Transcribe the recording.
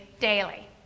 daily